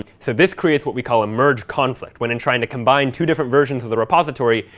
so this creates what we call a merge conflict, when, in trying to combine two different versions of the repository,